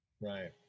Right